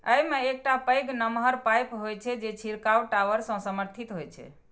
अय मे एकटा पैघ नमहर पाइप होइ छै, जे छिड़काव टावर सं समर्थित होइ छै